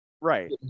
Right